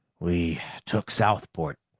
we took southport,